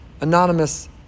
anonymous